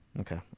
okay